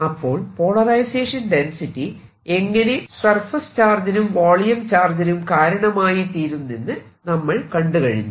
അപ്പോൾ polarisation density എങ്ങനെ surface ചാർജിനും വോളിയം ചാർജിനും കാരണമായിത്തീരുന്നെന്നു നമ്മൾ കണ്ടു കഴിഞ്ഞു